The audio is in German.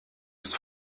ist